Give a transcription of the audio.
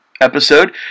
episode